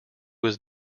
was